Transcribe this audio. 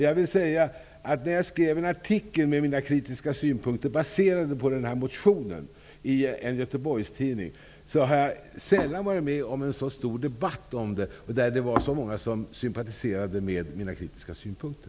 Jag har i en Göteborgstidning skrivit en artikel med kritiska synpunkter baserade på motionen i fråga, och jag har sällan varit med om en så stor debatt och om att så många sympatiserat med mina kritiska synpunkter.